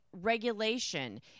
regulation